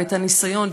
וניסיון,